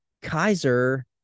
Kaiser